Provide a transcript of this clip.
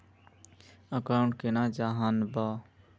Account केना जाननेहव?